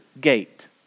gate